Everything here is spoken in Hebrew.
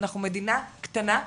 אנחנו מדינה קטנה.